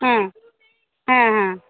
হ্যাঁ হ্যাঁ হ্যাঁ